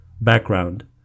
background